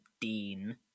Dean